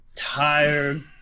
tired